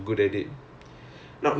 it with their companies is it